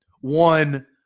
one